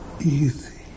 easy